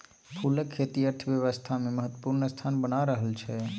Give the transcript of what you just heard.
फूलक खेती अर्थव्यवस्थामे महत्वपूर्ण स्थान बना रहल छै